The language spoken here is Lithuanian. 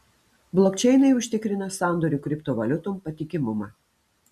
blokčeinai užtikrina sandorių kriptovaliutom patikimumą